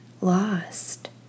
lost